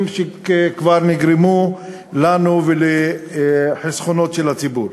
שכבר נגרמו לנו ולחסכונות של הציבור.